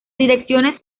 direcciones